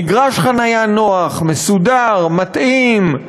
מגרש חניה נוח, מסודר, מתאים,